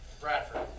Bradford